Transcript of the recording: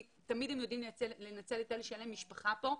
כי תמיד הם יודעים לנצל את אלה שאין להם משפחה פה,